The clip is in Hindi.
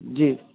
जी